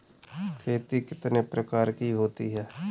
खेती कितने प्रकार की होती है?